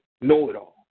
know-it-all